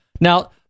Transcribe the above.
now